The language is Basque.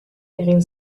egin